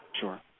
Sure